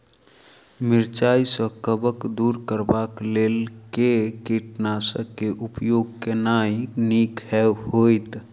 मिरचाई सँ कवक दूर करबाक लेल केँ कीटनासक केँ उपयोग केनाइ नीक होइत?